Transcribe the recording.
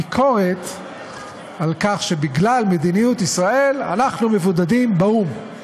ביקורת על כך שבגלל מדיניות ישראל אנחנו מבודדים באו"ם.